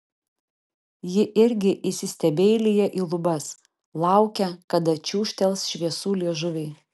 ji irgi įsistebeilija į lubas laukia kada čiūžtels šviesų liežuviai